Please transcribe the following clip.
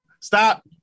stop